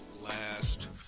last